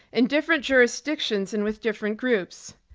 in different jurisdictions, and with different groups.